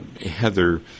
Heather